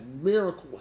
miracle